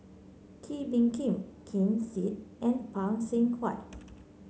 Kee Bee Khim Ken Seet and Phay Seng Whatt